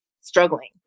struggling